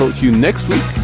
ah you next week